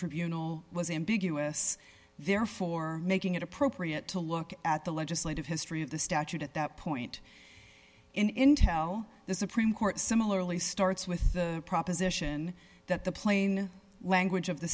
tribunal was ambiguous therefore making it appropriate to look at the legislative history of the statute at that point intel the supreme court similarly starts with the proposition that the plain language of the